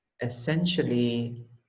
essentially